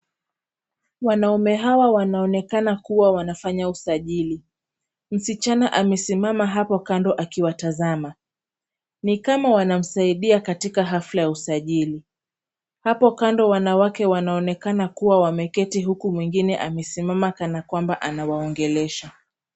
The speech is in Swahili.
Wanaume hawa wanaonekana kuwa wanafanya usajili. Msichana amesimama hapo kando akiwatazama, ni kama wanamsaidia katika hafla ya usajili. Hapo kando wanawake wanaonekana kuwa wameketi huku mwingine amesimama kana kwamba anawaongelesha.